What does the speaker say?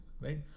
right